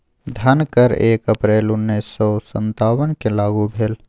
धन कर एक अप्रैल उन्नैस सौ सत्तावनकेँ लागू भेल